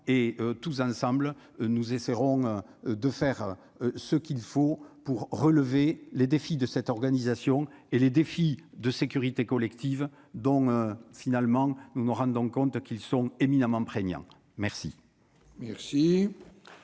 tous ensemble, nous essaierons de faire ce qu'il faut pour relever les défis de cette organisation et les défis de sécurité collective donc, finalement, nous nous rendons compte qu'ils sont éminemment merci. Merci.